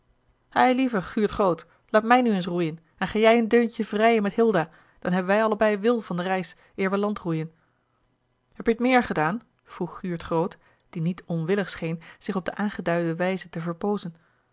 eilieve guurt groot laat mij nu eens roeien en ga jij een deuntje vrijen met hilda dan hebben wij allebei wil van de reis eer we land roeien heb je t meer gedaan vroeg guurt groot die niet onwillig scheen zich op de aangeduide wijze te verpoozen